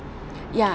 ya